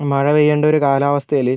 മഴ പെയ്യേണ്ട ഒരു കാലാവസ്ഥയിൽ